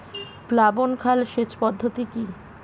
প্লাবন খাল সেচ পদ্ধতি কি?